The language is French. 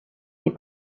des